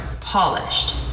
polished